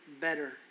better